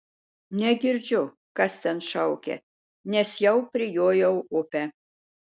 negirdžiu kas ten šaukia nes jau prijojau upę